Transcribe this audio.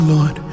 Lord